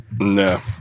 No